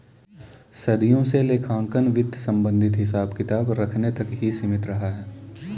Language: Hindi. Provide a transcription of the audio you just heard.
सदियों से लेखांकन वित्त संबंधित हिसाब किताब रखने तक ही सीमित रहा